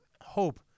hope